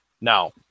Now